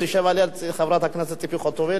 תשב ליד חברת הכנסת חוטובלי,